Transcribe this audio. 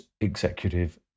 executive